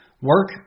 Work